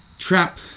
Trap